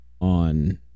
on